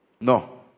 No